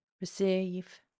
receive